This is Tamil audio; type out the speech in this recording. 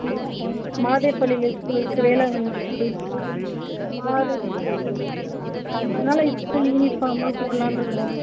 இருக்குது சார் மாதேப்பள்ளியில் ஸ்கூல் இருக்குது வேளாங்கண்ணி ஸ்கூல் இருக்குது மாருதி ஸ்கூல் இருக்குது அதனால் இங்கே ஸ்கூல் யூனிஃபார்மா போடலாட்ருக்குறோம்